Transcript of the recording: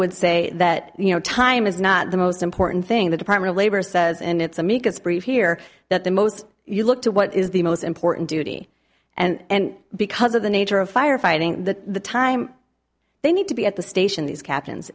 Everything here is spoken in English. would say that you know time is not the most important thing the department of labor says in its amicus brief here that the most you look to what is the most important duty and because of the nature of fire fighting the time they need to be at the station these captains